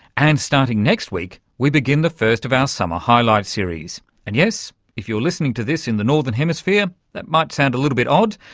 and starting next week we begin the first of our summer highlights series. and yes if you are listening to this in the northern hemisphere that might sound a bit odd,